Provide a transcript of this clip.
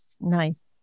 Nice